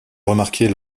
remarquer